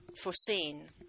foreseen